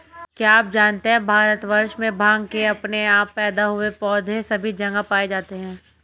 क्या आप जानते है भारतवर्ष में भांग के अपने आप पैदा हुए पौधे सभी जगह पाये जाते हैं?